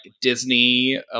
disney